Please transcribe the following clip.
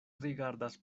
rigardas